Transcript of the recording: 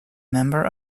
member